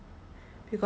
in the show